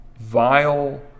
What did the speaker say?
vile